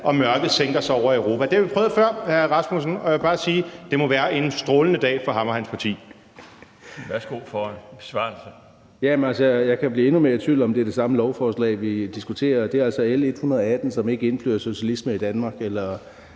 mørket sænker sig over Europa. Det har vi prøvet før, hr. Søren Egge Rasmussen, og jeg vil bare sige, at det må være en strålende dag for ham og hans parti.